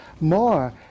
more